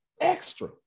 extra